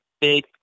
big